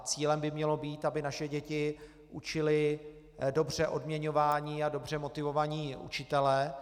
Cílem by mělo být, aby naše děti učili dobře odměňovaní a dobře motivovaní učitelé.